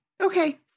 okay